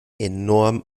enorm